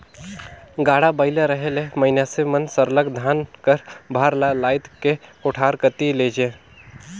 गाड़ा बइला रहें ले मइनसे मन सरलग धान कर भार ल लाएद के कोठार कती लेइजें